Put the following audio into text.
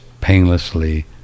painlessly